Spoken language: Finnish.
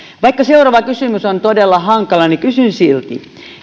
vaikka seuraava kysymys on todella hankala niin kysyn silti